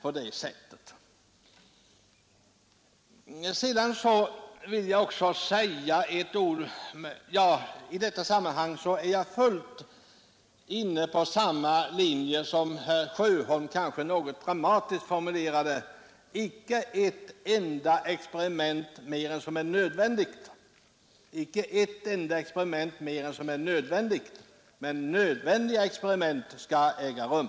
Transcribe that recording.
I detta sammanhang delar jag helt den uppfattning djur för vetenskapsom herr Sjöholm kanske något dramatiskt formulerade: Det får inte liga experiment, göras ett enda onödigt experiment. Men nödvändiga experiment skall äga mn rum.